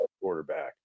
quarterback